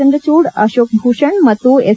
ಚಂದ್ರಚೂಡ್ ಅಶೋಕ್ ಭೂಷಣ್ ಮತ್ತು ಎಸ್